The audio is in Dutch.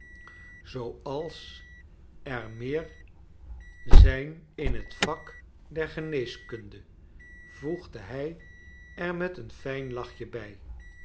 zooals er meer zijn in het vak der geneeskunde voegde hij er met een fijn lachje bij